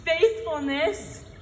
faithfulness